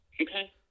okay